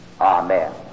Amen